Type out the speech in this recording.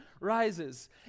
rises